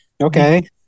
Okay